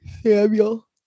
Samuel